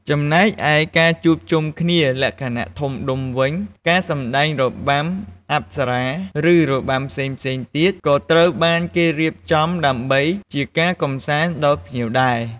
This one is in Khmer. ចំណែកឯការជួបជុំគ្នាលក្ខណៈធំដុំវិញ ការសម្ដែងរបាំអប្សរា ឬ របាំផ្សេងៗទៀត ក៏ត្រូវបានគេរៀបចំដើម្បីជាការកំសាន្តដល់ភ្ញៀវដែរ។